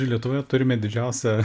ir lietuvoje turime didžiausią